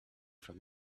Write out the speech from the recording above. from